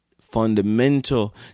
fundamental